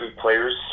players